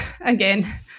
again